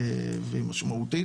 והיא משמעותית,